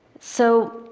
so